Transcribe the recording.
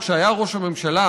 כשהיה ראש הממשלה,